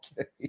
okay